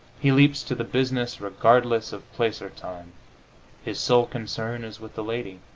he leaps to the business regardless of place or time his sole concern is with the lady.